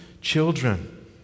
children